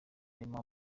arimo